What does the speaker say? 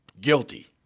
guilty